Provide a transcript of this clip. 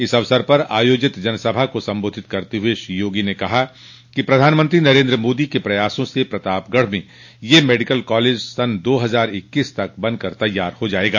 इस अवसर पर आयोजित जनसभा को संबोधित करते हुए श्री योगी ने कहा कि प्रधानमंत्री नरेन्द्र मोदी के प्रयासों से प्रतापगढ़ में यह मेडिकल कॉलेज दो हजार इक्कीस तक बनकर तैयार हो जायेगा